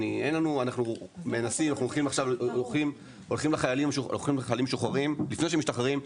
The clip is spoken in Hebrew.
אנחנו הולכים לחיילים משוחררים לפני שהם משתחררים,